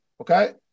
okay